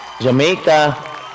Jamaica